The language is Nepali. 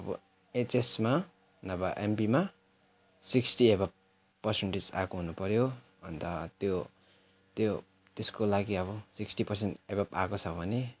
अब एचएसमा नभए एमपीमा सिक्स्टी एभभ पर्सन्टेज आएको हुनु पर्यो अन्त त्यो त्यो त्यसको लागि अब सिक्स्टी पर्सेन्ट एभभ आएको छ भने